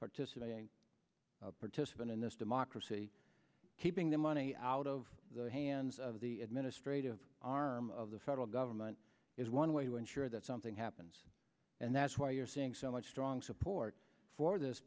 participating participant in this democracy keeping the money out of the hands of the administrative arm of the federal government is one way to ensure that something happens and that's why you're seeing so much strong support for or this